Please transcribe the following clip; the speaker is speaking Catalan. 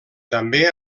també